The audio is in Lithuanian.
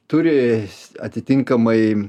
turi atitinkamai